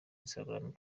instagram